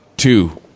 two